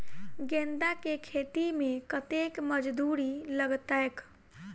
गेंदा केँ खेती मे कतेक मजदूरी लगतैक?